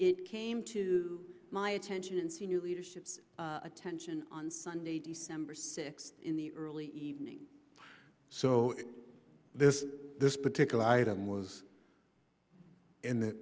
it came to my attention in senior leadership attention on sunday december sixth in the early evening so this this particular item was in the